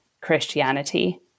Christianity